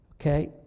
Okay